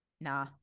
Nah